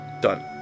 done